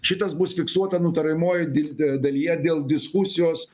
šitas bus fiksuota nutariamojoj da dalyje dėl diskusijos